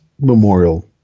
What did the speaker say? memorial